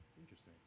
Interesting